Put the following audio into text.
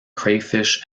crayfish